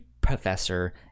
professor